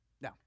Now